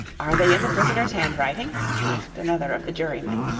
are they in the prisoner's handwriting asked another of the jurymen.